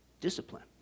discipline